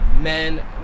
men